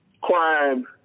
crime